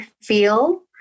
feel